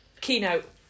keynote